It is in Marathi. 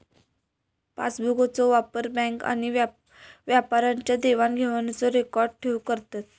पासबुकचो वापर बॅन्क आणि व्यापाऱ्यांच्या देवाण घेवाणीचो रेकॉर्ड ठेऊक करतत